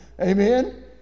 amen